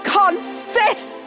confess